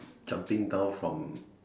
jumping down from